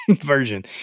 version